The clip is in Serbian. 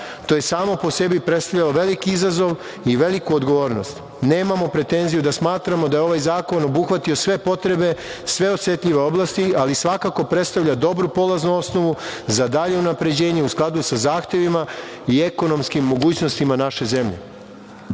To je samo po sebi predstavljalo veliki izazov i veliku odgovornost. Nemamo pretenziju da smatramo da je ovaj zakon obuhvatio sve potrebe, sve osetljive oblasti, ali svakako predstavlja dobru polaznu osnovu za dalje unapređenje u skladu sa zahtevima i ekonomskim mogućnostima naše zemlje. Pored